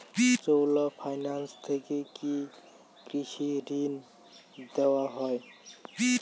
চোলা finance থেকে কি কৃষি ঋণ দেওয়া হয়?